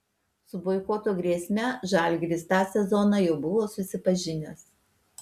su boikoto grėsme žalgiris tą sezoną jau buvo susipažinęs